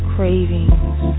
Cravings